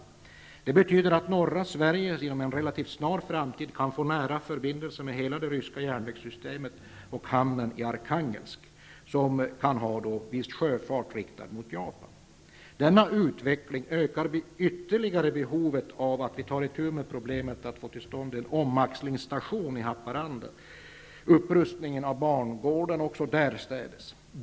Detta betyder att norra Sverige inom en relativt snar framtid kan få nära förbindelser med hela det ryska järnvägssystemet och hamnen i Arkhangelsk, som kan ha viss sjöfart riktad mot Japan. Denna utveckling ökar ytterligare behovet av att vi tar itu med problemet att få till stånd en omaxlingsstation i Haparanda och att bangårdarna där rustas upp.